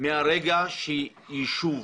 מהרגע שיישוב